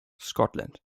scotland